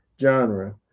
genre